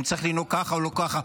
אם צריך לנהוג ככה או לא ככה.